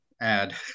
add